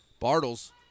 Bartles